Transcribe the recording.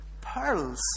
pearls